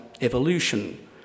evolution